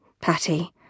Patty